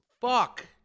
fuck